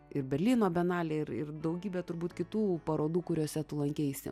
ir berlyno bienalė ir ir daugybė turbūt kitų parodų kuriose tu lankeisi